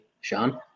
Sean